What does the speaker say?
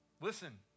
Listen